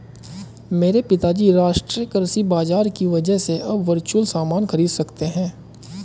मेरे पिताजी राष्ट्रीय कृषि बाजार की वजह से अब वर्चुअल सामान खरीद सकते हैं